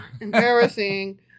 Embarrassing